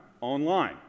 online